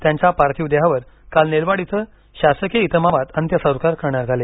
त्यांच्या पार्थिव देहावर काल नेलवाड इथं शासकीय इतमामात अंत्यसंस्कार करण्यात आले